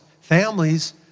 families